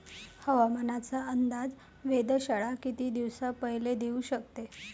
हवामानाचा अंदाज वेधशाळा किती दिवसा पयले देऊ शकते?